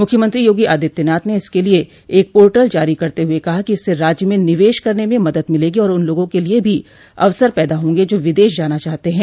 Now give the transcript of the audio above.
मुख्यमंत्री योगी आदित्यनाथ ने इसके लिए एक पोर्टल जारी करते हुए कहा कि इससे राज्य में निवेश करने में मदद मिलेगी और उन लोगों के लिए भी अवसर पैदा होंगे जो विदेश जाना चाहते हैं